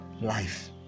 life